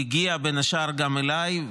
היא הגיעה, בין השאר, גם אליי.